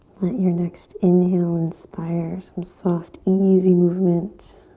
let your next inhale inspire some, sort of easy movement.